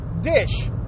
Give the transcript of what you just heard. dish